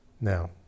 now